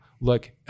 look